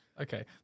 Okay